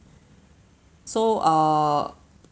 so err